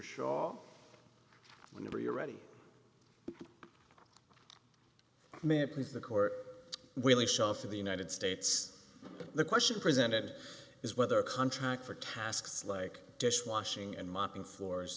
shaw whenever you're ready may it please the court willy shelf of the united states the question presented is whether a contract for tasks like dishwashing and mopping floors